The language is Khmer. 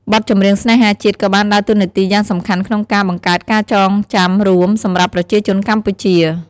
បទចម្រៀងស្នេហាជាតិក៏បានដើរតួនាទីយ៉ាងសំខាន់ក្នុងការ បង្កើតការចងចាំរួម សម្រាប់ប្រជាជនកម្ពុជា។